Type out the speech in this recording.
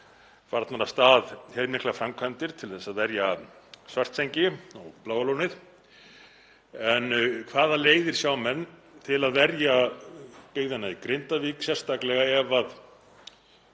farnar af stað heilmiklar framkvæmdir til að verja Svartsengi og Bláa lónið, en hvaða leiðir sjá menn til að verja byggðina í Grindavík, sérstaklega ef það